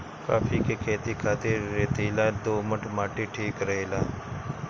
काफी के खेती खातिर रेतीला दोमट माटी ठीक रहेला